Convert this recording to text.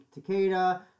Takeda